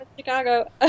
Chicago